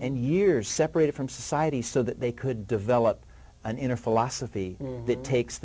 and years separated from society so that they could develop an inner philosophy that takes